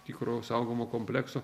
tikro saugomo komplekso